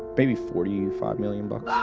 maybe forty five million but